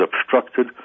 obstructed